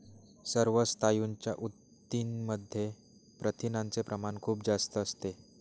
सर्व स्नायूंच्या ऊतींमध्ये प्रथिनांचे प्रमाण खूप जास्त असते